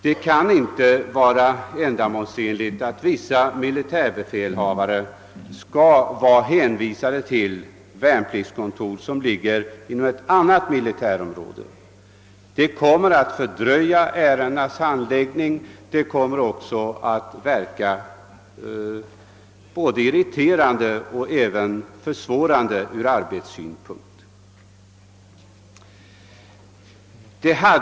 Det kan inte vara ändamålsenligt att vissa militärbefälhavare skall vara hänvisade till värnpliktskontor som ligger inom ett annat militärområde. Det kommer att fördröja ärendenas handläggning och även verka irriterande och försvårande ur arbetssynpunkt.